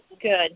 Good